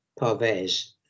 Parvez